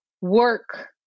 work